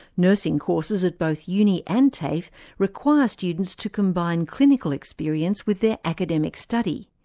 nursing courses at both uni and tafe require students to combine clinical experience with their academic study,